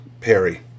Perry